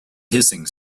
hissing